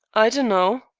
i dunno,